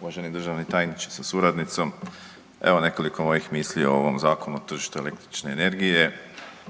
uvaženi državni tajniče sa suradnicom. Evo nekoliko mojih misli o ovom Zakonu o tržištu električne energije.